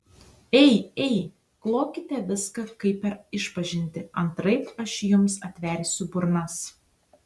ei ei klokite viską kaip per išpažintį antraip aš jums atversiu burnas